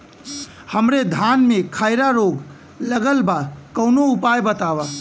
हमरे धान में खैरा रोग लगल बा कवनो उपाय बतावा?